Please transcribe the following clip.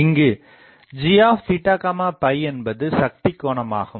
இங்கு gஎன்பது சக்தி கோணமாகும்